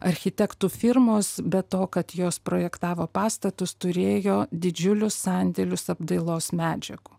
architektų firmos be to kad jos projektavo pastatus turėjo didžiulius sandėlius apdailos medžiagų